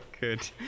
Good